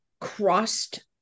crossed